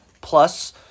plus